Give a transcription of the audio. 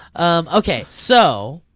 um okay, so,